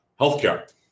healthcare